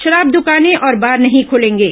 शराब दकाने और बार नहीं खलेंगे